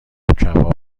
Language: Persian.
کباب